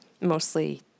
Mostly